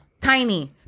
Tiny